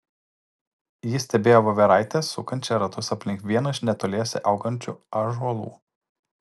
ji stebėjo voveraitę sukančią ratus aplink vieną iš netoliese augančių ąžuolų